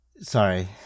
Sorry